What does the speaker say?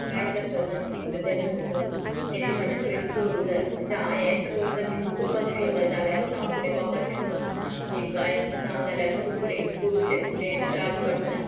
गायता आसतना आनी शिकता तेन्ना वता देह म्हाजे थंयच दवरूं जाय म्हणजे हांव येत करता तितूकूच लक्ष घेवन जाय जाल्यारूच हांव फुडें पावपाक शकता एक गायन सुद्दां जाल्यारूच तूं फुडें करूं शकता तें त्रास काडूंक ना